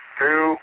two